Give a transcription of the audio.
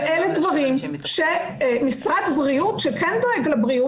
ואלה דברים שמשרד בריאות שכן דואג לבריאות